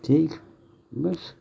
ठीक बस